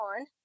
on